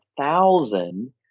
thousand